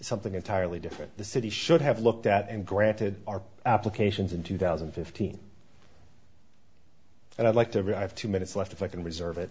something entirely different the city should have looked at and granted our applications in two thousand and fifteen and i'd like to arrive two minutes left if i can reserve